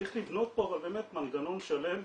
אבל צריך לבנות פה באמת מנגנון שלם,